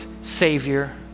Savior